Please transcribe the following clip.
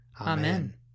Amen